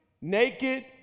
naked